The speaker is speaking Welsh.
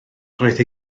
roedd